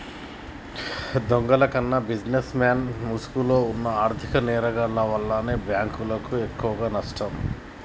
దొంగల కన్నా బిజినెస్ మెన్ల ముసుగులో వున్న ఆర్ధిక నేరగాల్ల వల్లే బ్యేంకులకు ఎక్కువనష్టం